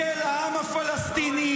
-- ודגל העם הפלסטיני.